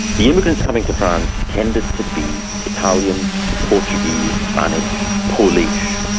the immigrants coming to france tended to be italians, portuguese, spanish, polish,